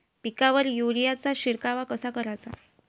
पिकावर युरीया चा शिडकाव कसा कराचा?